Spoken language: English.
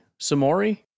Samori